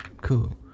Cool